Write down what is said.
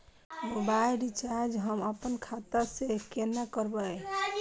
Mobile recharge हम आपन खाता से कोना करबै?